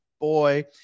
boy